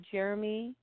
Jeremy